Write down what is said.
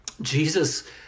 Jesus